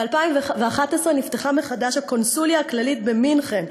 ב-2011 נפתחה מחדש הקונסוליה הכללית במינכן,